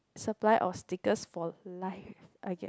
supply of stickers for life i gues~